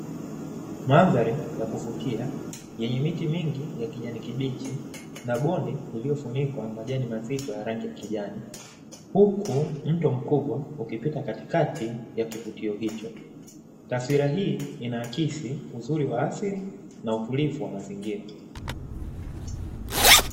Mandhari ya kuvutia yenye miti mingi ya kijani kibichi na bonde uliofunikwa majani mazito ya rangi ya kijani huku mto mkubwa ukipita katikati ya kivutio hicho, taswira hii inaakisi uzuri wa asili na utulivu wa mazingira.